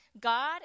God